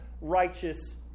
righteous